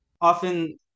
Often